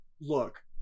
Look